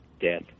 death